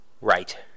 right